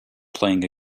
playing